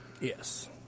Yes